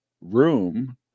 room